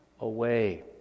away